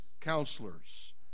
counselors